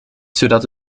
zodat